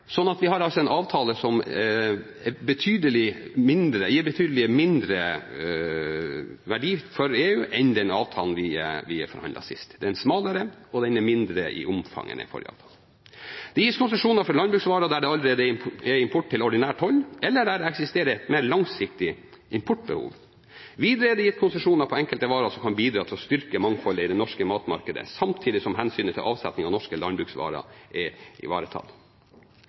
Vi har altså en avtale som er betydelig mindre verdifull for EU enn den avtalen som vi forhandlet fram sist. Denne er smalere og mindre i omfang enn den forrige avtalen. Det gis konsesjoner for landbruksvarer der det allerede er import til ordinær toll, eller der det eksisterer et mer langsiktig importbehov. Videre er det gitt konsesjoner på enkelte varer som kan bidra til å styrke mangfoldet i det norske matmarkedet, samtidig som hensynet til avsetningen av norske landbruksvarer er ivaretatt.